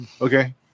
Okay